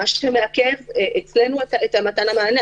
מה שמעכב אצלנו את מתן המענה.